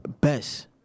best